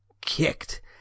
kicked